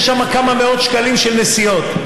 יש שם כמה מאות שקלים של נסיעות.